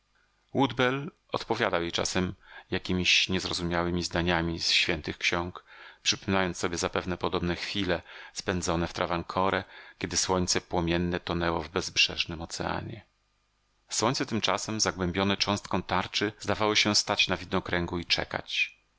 odpowiadał jej czasem jakiemiś niezrozumiałemi zdaniami z świętych ksiąg przypominając sobie zapewne podobne chwile spędzone w travancore kiedy słońce płomienne tonęło w bezbrzeżnym oceanie słońce tymczasem zagłębione cząstką tarczy zdawało się stać na widnokręgu i czekać